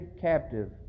captive